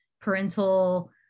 parental